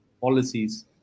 policies